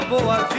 Boa